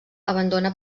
abandona